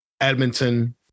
Edmonton